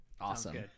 awesome